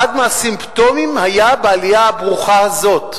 אחד מהסימפטומים היה בעלייה הברוכה הזאת.